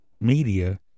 media